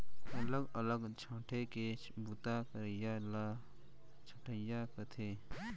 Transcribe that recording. अलग अलग छांटे के बूता करइया ल छंटइया कथें